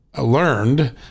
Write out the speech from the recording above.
learned